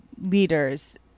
leaders